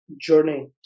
journey